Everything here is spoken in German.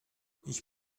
ich